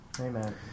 Amen